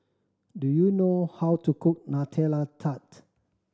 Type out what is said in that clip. do you know how to cook Nutella Tart